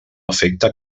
afecta